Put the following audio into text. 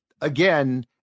again